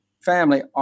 family